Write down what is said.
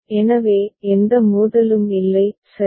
எனவே எந்த மோதலும் இல்லை சரி